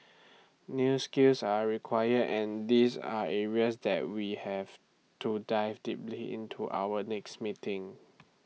new skills are required and these are areas that we have to dive deeply into our next meeting